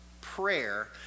prayer